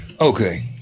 Okay